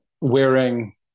wearing